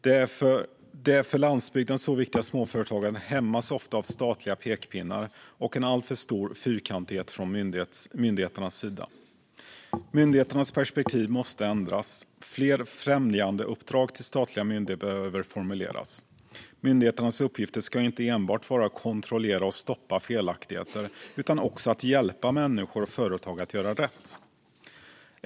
Det för landsbygden så viktiga småföretagandet hämmas ofta av statliga pekpinnar och en alltför stor fyrkantighet från myndigheternas sida. Myndigheternas perspektiv måste ändras. Fler främjandeuppdrag till statliga myndigheter behöver formuleras. Myndigheternas uppgifter ska inte enbart vara att kontrollera och stoppa felaktigheter utan också att hjälpa människor och företag att göra rätt.